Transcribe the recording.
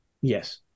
Yes